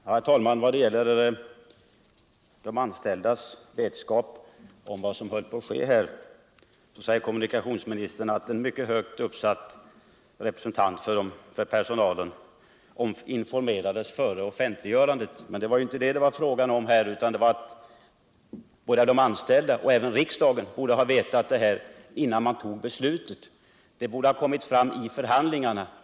Herr talman! Vad gäller de anställdas vetskap om vad som höll på att ske säger kommunikationsministern att en mycket högt uppsatt representant för personalen informerades före offentliggörandet. Men det var inte det det var fråga om, utan det var fråga om att de anställda och även riksdagen borde ha informerats innan man fattade beslutet. Det borde ha kommit fram under förhandlingarna.